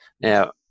Now